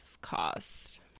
cost